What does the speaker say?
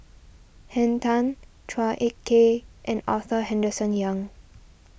Henn Tan Chua Ek Kay and Arthur Henderson Young